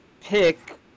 pick